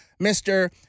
Mr